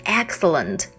excellent